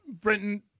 Brenton